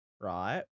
right